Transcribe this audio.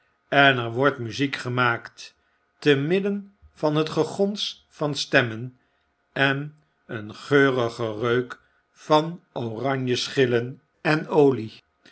en er wordt muziek gemaakt te midden van het gegons van stemmen en een geurige reuk van oranjeschillen en olie